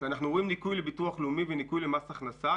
ורואים ניכוי לביטוח לאומי ולמס הכנסה,